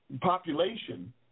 population